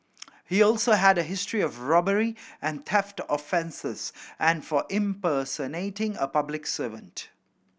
he also had a history of robbery and theft offences and for impersonating a public servant